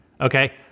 Okay